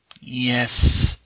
Yes